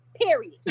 Period